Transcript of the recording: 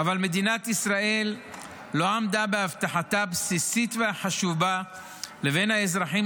אבל מדינת ישראל לא עמדה בהבטחתה הבסיסית והחשובה בינה לבין האזרחים,